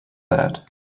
that